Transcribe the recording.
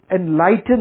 enlighten